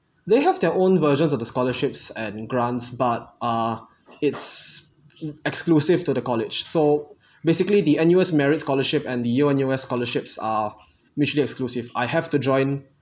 they have their own versions of the scholarships and grants but ah it's exclusive to the college so basically the N_U_S merit scholarship and the yale-N_U_S scholarships are mutually exclusive I have to join